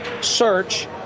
search